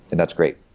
and that's great.